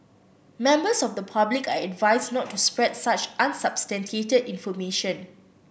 members of the public are advised not to spread such unsubstantiated information